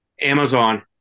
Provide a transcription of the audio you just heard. Amazon